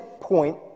point